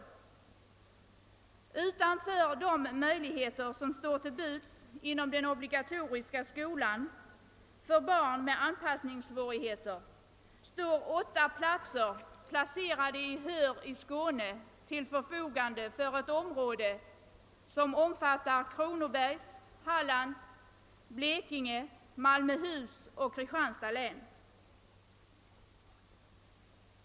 Bortsett från de möjligheter som står till buds inom den obligatoriska skolan för barn med anpassningssvårigheter står åtta platser, i Höör i Skåne, till förfogande för ett område som omfattar Kronobergs, Hallands, Blekinge, Malmöhus och Kristianstads län.